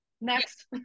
Next